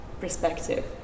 perspective